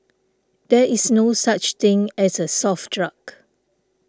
there is no such thing as a soft drug